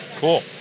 cool